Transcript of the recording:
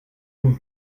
vous